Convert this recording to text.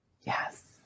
Yes